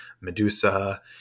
Medusa